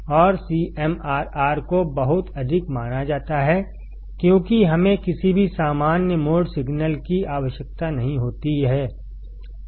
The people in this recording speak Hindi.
और CMRR को बहुत अधिक माना जाता है क्योंकि हमेंकिसी भी सामान्य मोड सिग्नल की आवश्यकता नहीं होती है